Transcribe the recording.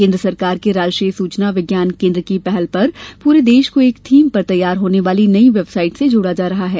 केन्द्र सरकार के राष्ट्रीय सुचना विज्ञान केन्द्र एनआईसी की पहल पर पूरे देश को एक थीम पर तैयार होने वाली नई वेबसाइट से जोड़ा जा रहा है